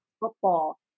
football